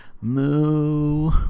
Moo